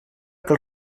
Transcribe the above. que